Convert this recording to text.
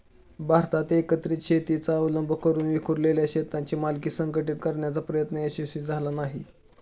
भारतात एकत्रित शेतीचा अवलंब करून विखुरलेल्या शेतांची मालकी संघटित करण्याचा प्रयत्न यशस्वी झाला नाही